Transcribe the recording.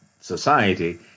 society